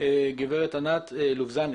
גברת ענת לובזנס,